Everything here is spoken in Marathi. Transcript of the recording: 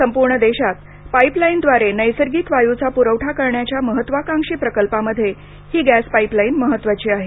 संपूर्ण देशात पाइपलाइनद्वारे नैसर्गिक वायूचा पुरवठा करण्याच्या महत्वाकांक्षी प्रकल्पामध्ये ही गॅस पाइपलाइन महत्वाची आहे